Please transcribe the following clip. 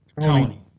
Tony